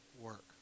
work